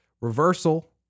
reversal